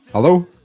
Hello